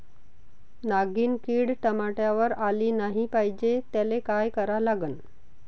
नागिन किड टमाट्यावर आली नाही पाहिजे त्याले काय करा लागन?